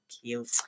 cute